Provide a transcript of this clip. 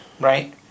Right